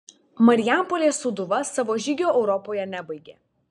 marijampolės sūduva savo žygio europoje nebaigė